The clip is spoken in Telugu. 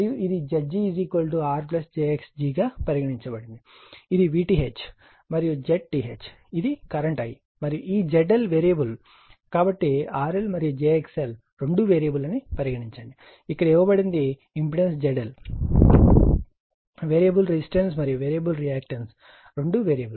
ఇది vth మరియు Zth ఇది కరెంట్ I మరియు ఈ ZL వేరియబుల్ కనుక RL మరియు XL రెండూ వేరియబుల్ అని పరిగణించండి ఇక్కడ ఇవ్వబడినది ఇంపెడెన్స్ ZL వేరియబుల్ రెసిస్టెన్స్ మరియు వేరియబుల్ రియాక్టెన్స్ రెండూ వేరియబుల్